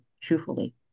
Truthfully